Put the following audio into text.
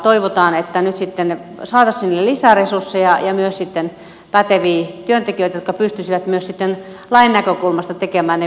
toivotaan että nyt sitten saataisiin sinne lisäresursseja ja myös päteviä työntekijöitä jotka pystyisivät myös lain näkökulmasta tekemään ne velvoitteet mitkä sosiaalityöntekijöille kuuluvat